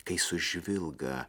kai sužvilga